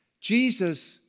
Jesus